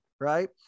right